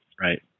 Right